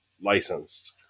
licensed